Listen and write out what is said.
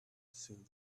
said